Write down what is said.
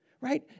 right